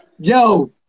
yo